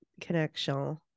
connection